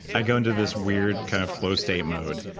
i go into this weird, kind of flow state mode,